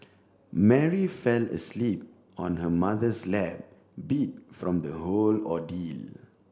Mary fell asleep on her mother's lap beat from the whole ordeal